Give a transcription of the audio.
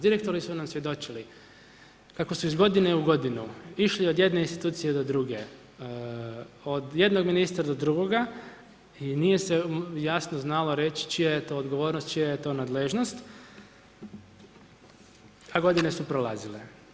Direktori su nam svjedočili, kako su iz godine u godinu išli iz jedne institucije u druge, od jednog ministra do drugoga i nije se jasno znalo reći, čija je to odgovornost, čija je to nadležnost, a godine su prolazile.